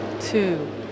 two